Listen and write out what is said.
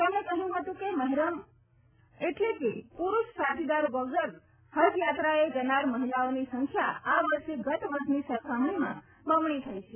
તેમણે કહ્યું હતું કે મહેરમ એટલે કે ્પરૂર્જષ સાથીદાર વગેરે હજ યાત્રાએ જનાર મહિછાઓની સંખ્યા આ વર્ષે ગત વર્ષનો સરખામણીમાં બમણી થઈ છે